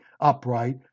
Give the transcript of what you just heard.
upright